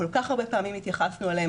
כל כך הרבה פעמים התייחסנו אליהם,